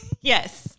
yes